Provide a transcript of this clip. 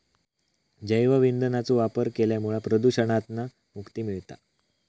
जैव ईंधनाचो वापर केल्यामुळा प्रदुषणातना मुक्ती मिळता